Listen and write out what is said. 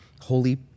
holy